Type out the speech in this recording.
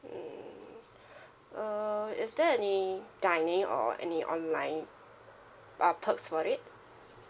hmm uh is there any dining or any online uh perks for it